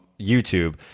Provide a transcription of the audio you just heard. YouTube